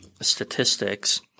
statistics